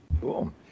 cool